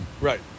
Right